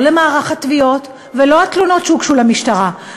ולא למערך התביעות ולא התלונות שהוגשו למשטרה,